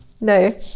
No